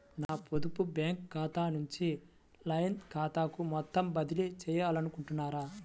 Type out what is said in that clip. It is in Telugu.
నా పొదుపు బ్యాంకు ఖాతా నుంచి లైన్ ఖాతాకు మొత్తం బదిలీ చేయాలనుకుంటున్నారా?